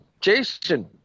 Jason